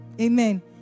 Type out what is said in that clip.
Amen